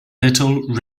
little